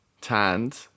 Tanned